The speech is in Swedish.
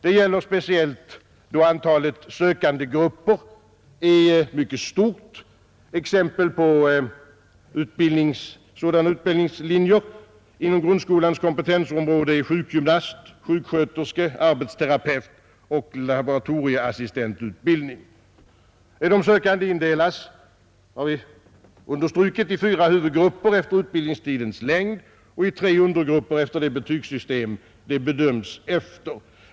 Det gäller speciellt då antalet sökandegrupper är mycket stort. Exempel på sådana utbildningslinjer inom grundskolans kompetensområde är sjukgymnast-, sjuksköterske-, arbetsterapeutoch laboratorieassistentutbildningen. De sökande indelas, har vi understrukit, i fyra huvudgrupper efter utbildningstidens längd och i tre undergrupper efter det betygssystem de bedömts efter.